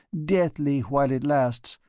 deathly, while it lasts,